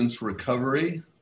recovery